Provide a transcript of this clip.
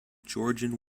georgian